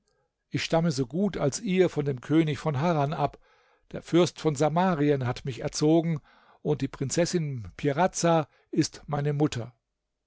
ich stamme so gut als ihr von dem könig von harran ab der fürst von samarien hat mich erzogen und die prinzessin piraza ist meine mutter